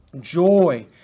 joy